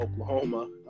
oklahoma